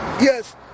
Yes